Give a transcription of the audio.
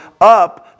up